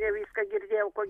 ne viską girdėjau ko